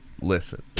listen